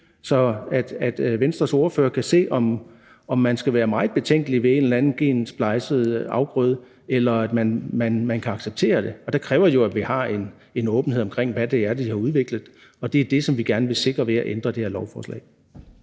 så Venstres ordfører kan se, om man skal være meget betænkelig ved en eller anden gensplejset afgrøde, eller om man kan acceptere den. Det kræver jo, at vi har en åbenhed omkring, hvad det er, vi har udviklet, og det er det, som vi gerne vil sikre ved at ændre det her lovforslag.